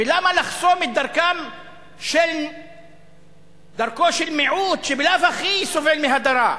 ולמה לחסום את דרכו של מיעוט שבלאו הכי סובל מהדרה?